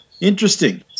interesting